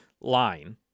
line